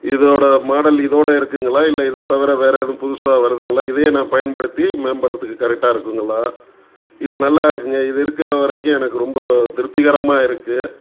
இதோடய மாடல் இதோடய இருக்குதுங்களா இல்லை இதை தவிர வேறு எதுவும் புதுசாக வருதுங்களா இதே நான் பயன்படுத்தி மேம்படுறதுக்கு கரெக்டாக இருக்குதுங்களா இது நல்லா இருக்குதுங்க இது இருக்கிற வரைக்கும் எனக்கு ரொம்ப திருப்திகரமாக இருக்குது